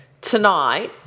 tonight